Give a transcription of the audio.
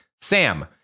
Sam